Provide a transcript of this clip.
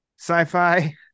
sci-fi